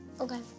Okay